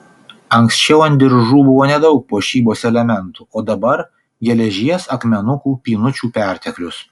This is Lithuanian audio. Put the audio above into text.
anksčiau ant diržų buvo nedaug puošybos elementų o dabar geležies akmenukų pynučių perteklius